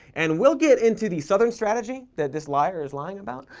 and we'll get into the southern strategy that this liar is lying about,